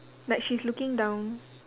like she's looking down